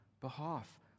behalf